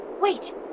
Wait